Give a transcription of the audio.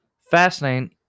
fascinating